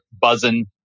buzzing